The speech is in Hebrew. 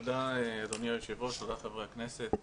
תודה אדוני היושב ראש, תודה חברי הכנסת.